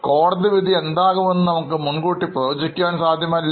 കോടതി വിധി എന്താകുമെന്ന് എന്ന് നമുക്ക് പറയാനാകില്ല